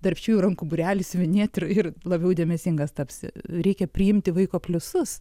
darbščiųjų rankų būrelį siuvinėt ir ir labiau dėmesingas tapsi reikia priimti vaiko pliusus